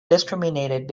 discriminated